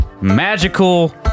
magical